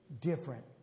different